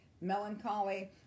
melancholy